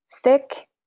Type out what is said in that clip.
thick